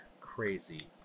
crazy